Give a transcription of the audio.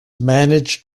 manage